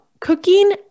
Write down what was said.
Cooking